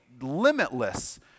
limitless